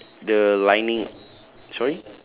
the s~ the lining